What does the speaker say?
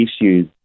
issues